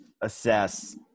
assess